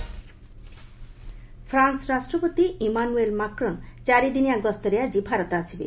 French visit France ରାଷ୍ଟ୍ରପତି Emmanuel Macron ଚାରିଦିନିଆ ଗସ୍ତରେ ଆଜି ଭାରତ ଆସିବେ